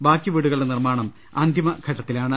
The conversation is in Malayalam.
ബാക്കി വീടുകളുടെ നിർമാണം അന്തിമ ഘട്ടത്തിലാണ്